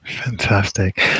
Fantastic